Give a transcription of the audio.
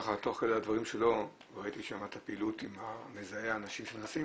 תוך כדי הדברים שלו כבר ראיתי את הפעילות עם מזהה האנשים שנכנסים.